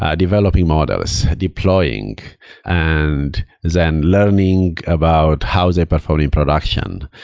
um developing models, deploying and then learning about how they perform in production.